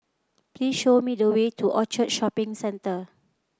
please show me the way to Orchard Shopping Centre